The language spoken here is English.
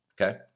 okay